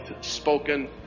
spoken